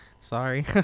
Sorry